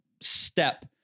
step